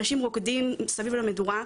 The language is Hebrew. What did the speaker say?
אנשים רוקדים מסביב למדורה,